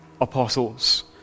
apostles